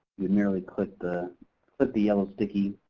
you'd merely click the but the yellow sticky.